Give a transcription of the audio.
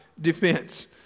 defense